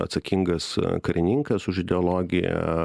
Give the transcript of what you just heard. atsakingas karininkas už ideologiją